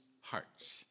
hearts